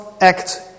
act